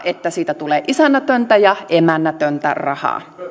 että siitä tulee isännätöntä ja emännätöntä rahaa